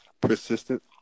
Persistent